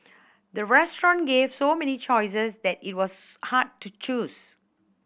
the restaurant gave so many choices that it was hard to choose